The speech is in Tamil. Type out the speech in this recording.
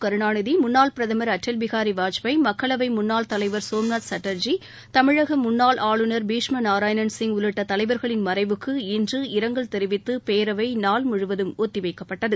கருணாநிதி முன்னாள் பிரதமா் அடல் பிகாரி வாஜ்பாய் மக்களவை முன்னாள் தலைவர் சோம்நாத் சாட்டர்ஜி தமிழக முன்னாள் ஆளுநர் பீஷ்மா நாராயணன் சிங் உள்ளிட்ட தலைவர்களின் மறைவுக்கு இன்று இரங்கல் தெரிவித்து பேரவை நாள் முழுவதும் ஒத்திவைக்கப்பட்டது